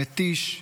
מתיש,